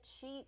cheap